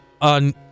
on